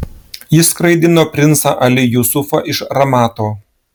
jis skraidino princą ali jusufą iš ramato